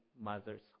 mothers